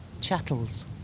chattels